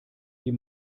die